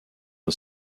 for